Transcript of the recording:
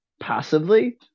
passively